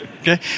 Okay